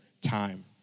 time